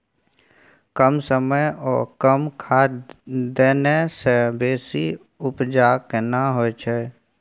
कम समय ओ कम खाद देने से बेसी उपजा केना होय छै?